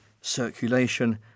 circulation